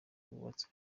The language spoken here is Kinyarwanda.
wubatse